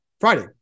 Friday